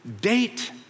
date